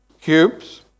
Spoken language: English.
cubes